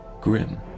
Grim